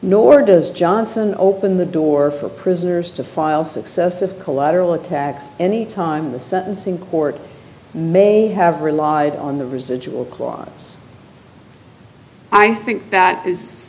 nor does johnson open the door for prisoners to file successive collateral attacks any time in the sentencing court may have relied on the residual clause i think that is